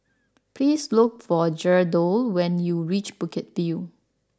please look for Geraldo when you reach Bukit View